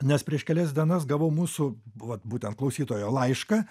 nes prieš kelias dienas gavau mūsų vat būtent klausytojo laišką